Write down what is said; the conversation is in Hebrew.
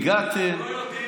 הגעתם.